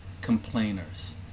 complainers